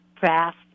fast